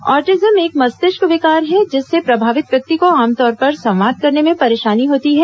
autism एक मस्तिष्क विकार हैं जिससे प्रभावित व्यक्ति को आमतौर पर संवाद करने में परेशानी होती है